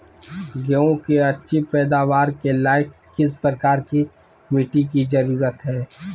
गेंहू की अच्छी पैदाबार के लाइट किस प्रकार की मिटटी की जरुरत है?